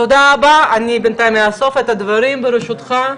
תודה רבה, אני בינתיים אאסוף את הדברים, ברשותך,